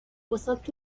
وصلت